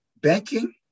banking